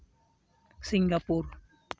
Singapore